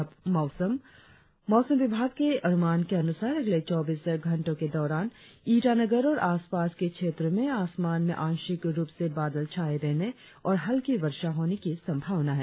और अब मौसम मौसम विभाग के अनुमान के अनुसार अगले चौबीस घंटो के दौरान ईटानगर और आसपास के क्षेत्रो में आसमान में आंशिक रुप से बादल छाये रहने और हल्की वर्षा होने की संभावना है